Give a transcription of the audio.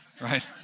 right